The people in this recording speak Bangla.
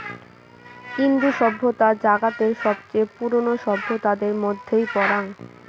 ইন্দু সভ্যতা জাগাতের সবচেয়ে পুরোনো সভ্যতাদের মধ্যেই পরাং